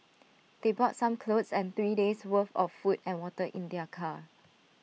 they brought some clothes and three days' worth of food and water in their car